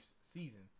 season